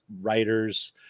writers